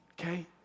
okay